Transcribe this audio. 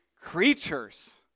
creatures